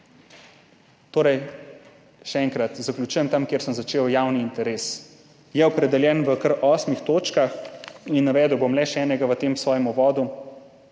vidimo. Še enkrat, zaključujem tam, kjer sem začel. Javni interes je opredeljen v kar osmih točkah in navedel bom le še enega v tem svojem uvodu,